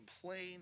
complain